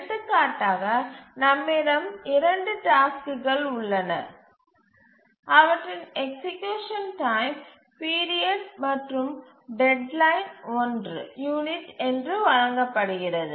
எடுத்துக்காட்டாக நம்மிடம் 2 டாஸ்க்குகள் உள்ளன அவற்றின் எக்சீக்யூசன் டைம் பீரியட் மற்றும் டெட்லைன் 1 யூனிட் என்று வழங்கப்படுகிறது